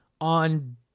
on